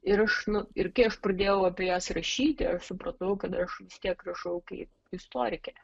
ir aš nu ir kai aš pradėjau apie jas rašyti aš supratau kad aš vis tiek rašau kaip istorikė